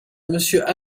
monsieur